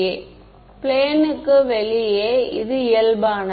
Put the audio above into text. மாணவர் பிளேன் க்கு வெளியே இயல்பானது